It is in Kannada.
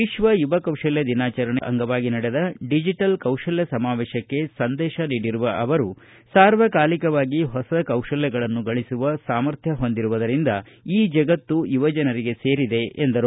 ವಿಶ್ವ ಯುವ ಕೌಶಲ್ಕ ದಿನಾಚರಣೆ ಅಂಗವಾಗಿ ನಡೆದ ಡಿಜಿಟಲ್ ಕೌಶಲ್ಕ ಸಮಾವೇಶಕ್ಕೆ ಸಂದೇಶ ನೀಡಿರುವ ಅವರು ಸಾರ್ವಕಾಲಿಕವಾಗಿ ಹೊಸ ಕೌಶಲ್ಯಗಳನ್ನು ಗಳಿಸುವ ಸಾಮರ್ಥ್ಯ ಹೊಂದಿರುವುದರಿಂದ ಈ ಜಗತ್ತು ಯುವಜನರಿಗೆ ಸೇರಿದೆ ಎಂದರು